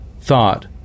thought